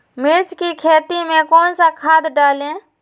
मिर्च की खेती में कौन सा खाद डालें?